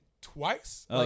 twice